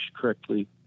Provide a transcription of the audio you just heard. correctly